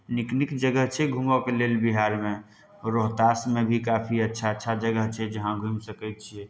नीक नीक जगह छै घुमऽके लेल बिहार मे रोहतासमे भी काफी अच्छा अच्छा जगह छै जहाँ घुमि सकै छियै